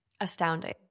astounding